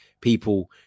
people